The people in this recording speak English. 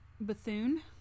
Bethune